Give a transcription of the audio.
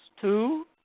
two